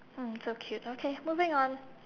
mm so cute okay moving on